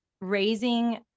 raising